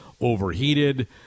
overheated